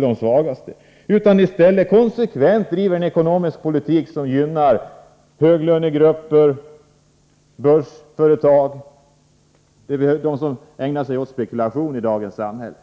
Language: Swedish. de svagaste utan i stället konsekvent driver en ekonomisk politik som gynnar höglönegrupper, börsföretag, dem som ägnar sig åt spekulation i dagens samhälle.